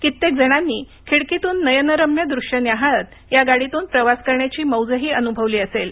कित्येक जणांनी खिडकीतून नयनरम्य दृश्य न्याहाळत या गाडीतून प्रवास करण्याची मौजही अनुभवली असेल